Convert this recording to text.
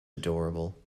adorable